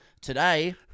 Today